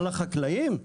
על החקלאים?